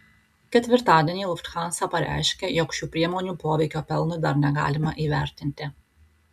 ketvirtadienį lufthansa pareiškė jog šių priemonių poveikio pelnui dar negalima įvertinti